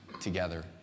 together